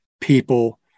people